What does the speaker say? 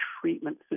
treatment